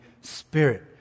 Spirit